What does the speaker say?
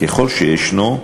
ככל שישנו,